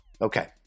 Okay